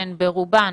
שהן ברובן